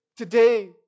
Today